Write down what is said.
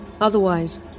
Otherwise